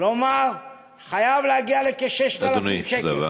כלומר חייב להגיע לכ-6,000 שקל,